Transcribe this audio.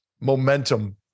Momentum